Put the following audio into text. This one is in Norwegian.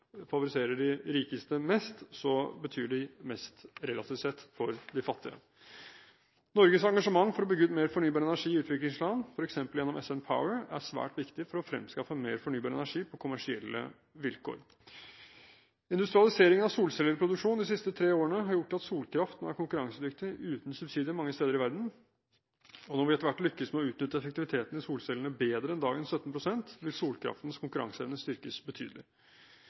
favoriserer de rikeste mest, betyr de mest, relativt sett, for de fattige. Norges engasjement for å bygge ut mer fornybar energi i utviklingsland, f.eks. gjennom SN Power, er svært viktig for å fremskaffe mer fornybar energi på kommersielle vilkår. Industrialiseringen av solcelleproduksjon de siste tre årene har gjort at solkraft nå er konkurransedyktig uten subsidier mange steder i verden, og når vi etter hvert lykkes med å utnytte effektiviteten i solcellene bedre enn dagens 17 pst., vil solkraftens konkurranseevne styrkes betydelig.